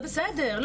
זה בסדר,